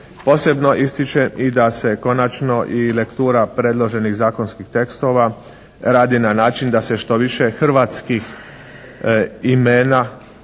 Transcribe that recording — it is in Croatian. Posebno ističem i da se konačno i lektura predloženih zakonskih tekstova radi na način da se što više hrvatskih imena,